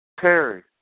Terry